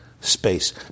space